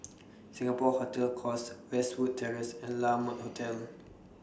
Singapore Hotel Course Westwood Terrace and La Mode Hotel